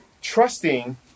trusting